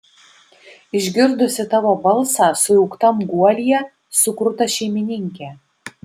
išgirdusi tavo balsą sujauktam guolyje sukruta šeimininkė